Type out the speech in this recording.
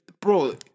bro